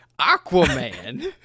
Aquaman